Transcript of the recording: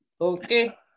Okay